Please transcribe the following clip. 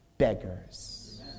Beggars